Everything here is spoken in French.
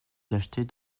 d’acheter